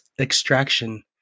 extraction